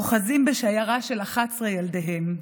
אוחזים בשיירה של 11 ילדיהם,